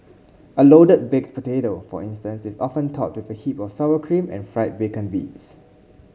a loaded baked potato for instance is often topped with a heap of sour cream and fried bacon bits